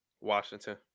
Washington